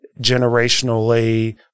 generationally